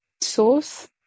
sauce